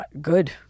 good